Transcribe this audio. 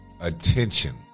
attention